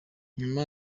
nyuma